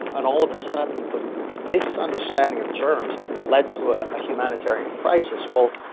and all of a sudden, the misunderstanding of germs led to ah a humanitarian crisis. well,